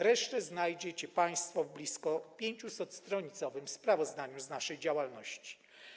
Resztę znajdziecie państwo w blisko 500-stronicowym sprawozdaniu z naszej działalności.